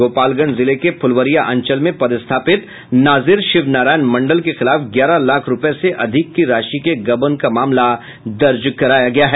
गोपालगंज जिले के फुलबरिया अंचल में पदस्थापित नाजिर शिव नारायण मंडल के खिलाफ ग्यारह लाख रूपये से अधिक की राशि के गवन का मामला दर्ज कराया गया है